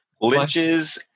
Lynch's